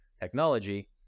technology